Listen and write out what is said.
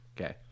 Okay